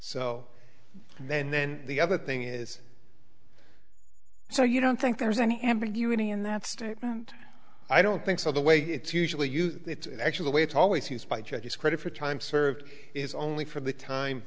then then the other thing is so you don't think there's any ambiguity in that statement i don't think so the way it's usually used it's actually the way it's always used by judges credit for time served is only for the